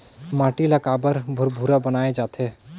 माटी ला काबर भुरभुरा बनाय जाथे?